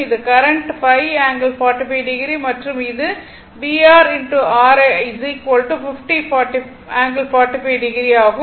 இது current 5 ∠45o மற்றும் இது VR R I 50 ∠45o ஆகும்